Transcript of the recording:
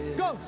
go